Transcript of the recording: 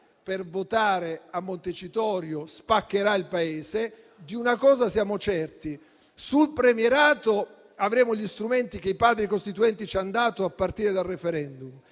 per votare a Montecitorio spaccherà il Paese. Siamo certi di una cosa: sul premierato avremo gli strumenti che i Padri costituenti ci hanno dato, a partire dal *referendum*,